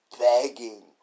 begging